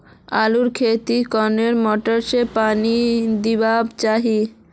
आलूर खेतीत कुन मोटर से पानी दुबा चही?